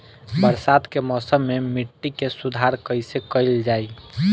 बरसात के मौसम में मिट्टी के सुधार कइसे कइल जाई?